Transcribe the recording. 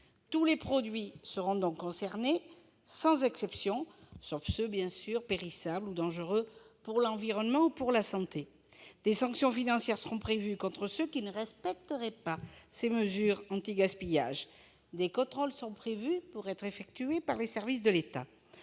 Tous les produits seront donc concernés, sans exception, sauf bien sûr ceux qui sont périssables ou dangereux pour l'environnement ou la santé humaine. Des sanctions financières seront prévues contre ceux qui ne respecteraient pas ces mesures anti-gaspillage ; des contrôles seront effectués par les services de l'État.